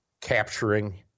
capturing